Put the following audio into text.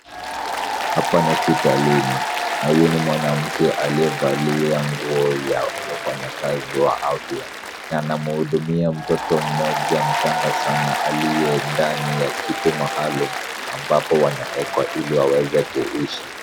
Hapa ni hospitalini na huyu ni mwanamke aliyevalia nguo ya wafanyakazi wa afya na anamhudumia mtoto mmoja mchanga sana aliye ndani ya kitu maalum ambapo wanawekwa ili waweze kuishi.